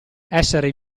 essere